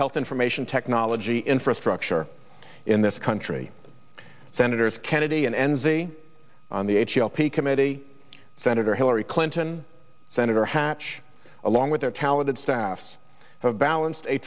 health information technology infrastructure in this country senators kennedy and n z on the h e l p committee senator hillary clinton senator hatch along with their talented staffs have balanced a